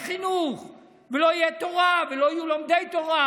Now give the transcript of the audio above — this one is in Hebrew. חינוך ולא תהיה תורה ולא יהיו לומדי תורה,